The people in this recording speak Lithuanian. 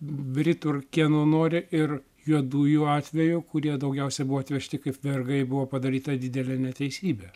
britų ir kieno nori ir juodųjų atveju kurie daugiausia buvo atvežti kaip vergai buvo padaryta didelė neteisybė